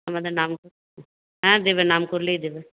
আমাদের নাম করে হ্যাঁ দেবে নাম করলেই দেবে